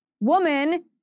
woman